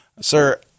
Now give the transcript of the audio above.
sir